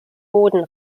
boden